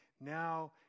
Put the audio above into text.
now